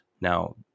Now